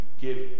give